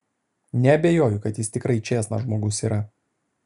neabejoju kad jis tikrai čėsnas žmogus yra